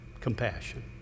Compassion